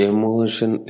Emotion